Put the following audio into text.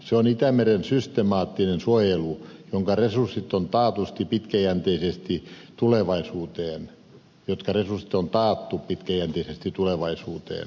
se on itämeren systemaattinen suojelu jonka resurssit on taatusti pitkäjänteisesti tulevaisuuteen jotka rust olisi taattu pitkäjänteisesti tulevaisuuteen